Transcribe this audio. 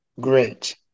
great